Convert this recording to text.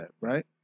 Right